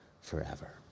forever